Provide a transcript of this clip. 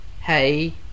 hey